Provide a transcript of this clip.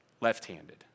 left-handed